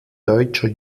deutscher